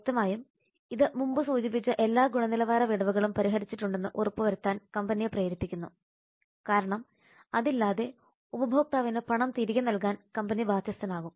വ്യക്തമായും ഇത് മുമ്പ് സൂചിപ്പിച്ച എല്ലാ ഗുണനിലവാര വിടവുകളും പരിഹരിച്ചിട്ടുണ്ടെന്ന് ഉറപ്പുവരുത്താൻ കമ്പനിയെ പ്രേരിപ്പിക്കുന്നു കാരണം അത് ഇല്ലാതെ ഉപഭോക്താവിന് പണം തിരികെ നൽകാൻ കമ്പനി ബാധ്യസ്ഥനാകും